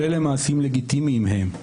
כל אלה, מעשים לגיטימיים הם,